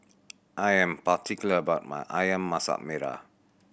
I am particular about my Ayam Masak Merah